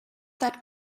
that